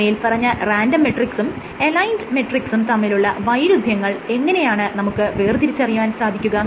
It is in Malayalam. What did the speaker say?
മേല്പറഞ്ഞ റാൻഡം മെട്രിക്സും അലൈൻഡ് മെട്രിക്സും തമ്മിലുള്ള വൈരുദ്ധ്യങ്ങൾ എങ്ങനെയാണ് നമുക്ക് വേർതിരിച്ചറിയാൻ സാധിക്കുക